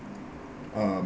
uh